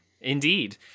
Indeed